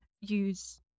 use